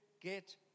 get